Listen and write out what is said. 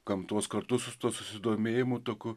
kam tuos kartu su susidomėjimu tokiu